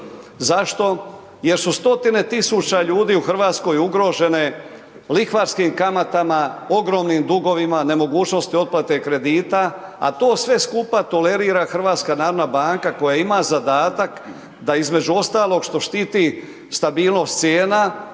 Zašto? Jer su 100-tine tisuća ljudi u Hrvatskoj ugrožene lihvarskim kamatama, ogromnim dugovima, nemogućosti otplate kredita, a to sve skupa tolerira HNB koja ima zadatak da između ostalog što štiti stabilnost cijena